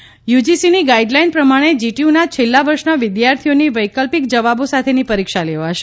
GTU પરીક્ષા યુ જીસીની ગાઈડલાઈન પ્રમાણે જીટીયુના છેલ્લા વર્ષના વિદ્યાર્થીઓની વૈકલ્પિક જવાબો સાથેની પરીક્ષા લેવાશે